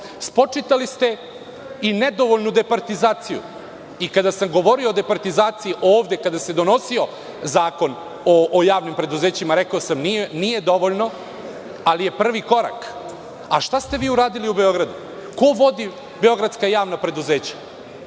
Spočitali ste i nedovoljnu departizaciju i kada sam govorio o departizaciji ovde kada se donosio zakon o javnim preduzećima, rekao sam – nije dovoljno, ali je prvi korak.A šta ste vi uradili u Beogradu? Ko vodi beogradska javna preduzeća?